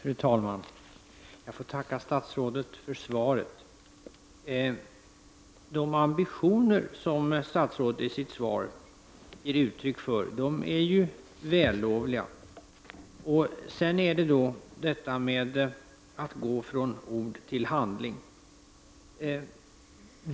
Fru talman! Jag ber att få tacka statsrådet för svaret. De ambitioner som statsrådet i sitt svar ger uttryck för är ju vällovliga, men sedan kommer vi till detta att gå från ord till handling.